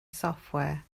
software